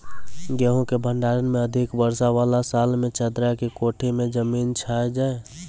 गेहूँ के भंडारण मे अधिक वर्षा वाला साल मे चदरा के कोठी मे जमीन जाय छैय?